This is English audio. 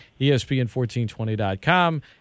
ESPN1420.com